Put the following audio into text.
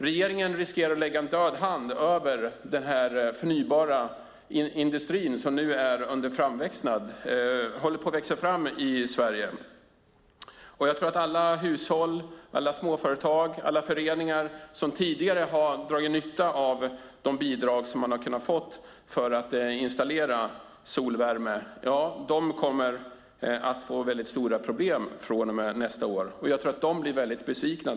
Regeringen riskerar att lägga en död hand över den industri för förnybart som nu håller på att växa fram i Sverige. Jag tror att alla hushåll, småföretag och föreningar som tidigare har dragit nytta av de bidrag som man kunnat få för att installera solvärme kommer att ha väldigt stora problem från och med nästa år. Jag tror att de blir väldigt besvikna.